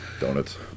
donuts